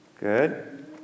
Good